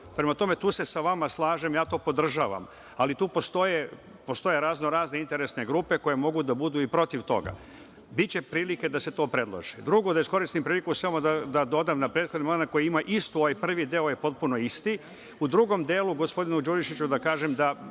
Prema tome, tu se sa vama slažem, ja to podržavam, ali tu postoje raznorazne interesne grupe koje mogu da budu i protiv toga. Biće prilike da se to predloži. Drugo, želim da iskoristim priliku samo da dodam na prethodni amandman koji ima potpuno isti ovaj prvi deo, u drugom delu gospodinu Đurišiću da kažem da